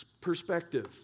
perspective